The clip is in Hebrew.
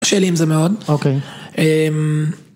‫קשה לי זה מאוד. ‫-אוקיי.